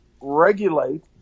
regulate